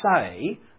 say